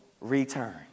return